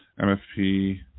MFP